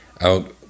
out